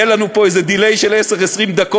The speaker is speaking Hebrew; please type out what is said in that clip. האופוזיציה יימשך ויהיה לנו פה איזה delay של 10 20 דקות.